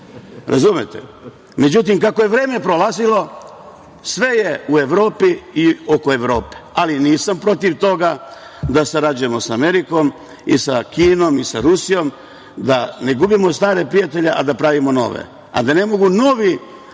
razumete? Međutim, kako je vreme prolazilo sve je u Evropi i oko Evrope, ali nisam protiv toga da sarađujemo sa Amerikom i sa Kinom, i sa Rusijom, da ne gubimo stare prijatelje, a da pravimo nove, a da ne mogu novi, neću reći